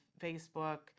Facebook